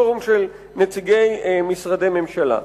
פורום של נציגי משרדי ממשלה.